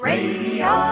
Radio